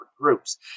groups